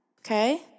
Okay